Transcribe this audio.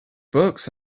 books